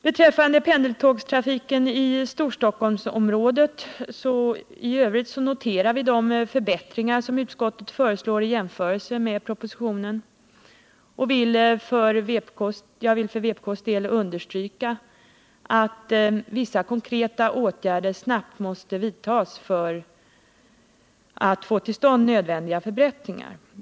Beträffande pendeltågstrafiken i Storstockholmsområdet noterar vi de förbättringar i jämförelse med propositionens förslag som utskottet föreslår, och jag vill för vpk:s del understryka att vissa konkreta åtgärder snabbt måste vidtas för att få till stånd nödvändiga förbättringar.